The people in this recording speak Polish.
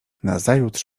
nazajutrz